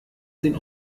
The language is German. den